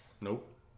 Nope